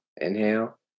inhale